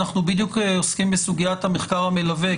אנחנו בדיוק עוסקים בסוגיית המחקר המלווה,